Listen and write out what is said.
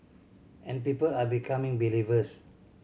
and people are becoming believers